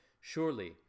Surely